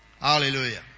Hallelujah